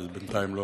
אבל זה בינתיים לא